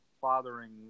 fathering